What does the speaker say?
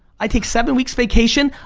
i take seven weeks vacation,